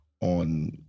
on